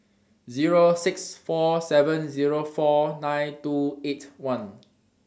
six four seven four nine two eight one